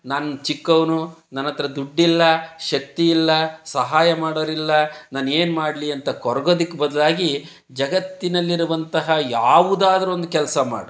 ನಾನು ಚಿಕ್ಕವನು ನನ್ನ ಹತ್ತಿರ ದುಡ್ಡಿಲ್ಲ ಶಕ್ತಿ ಇಲ್ಲ ಸಹಾಯ ಮಾಡೋವ್ರಿಲ್ಲ ನಾನು ಏನು ಮಾಡಲಿ ಅಂತ ಕೊರೊಗೋದಿಕ್ಕೆ ಬದಲಾಗಿ ಜಗತ್ತಿನಲ್ಲಿರುವಂತಹ ಯಾವುದಾದ್ರು ಒಂದು ಕೆಲಸ ಮಾಡಿ